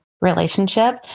relationship